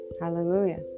hallelujah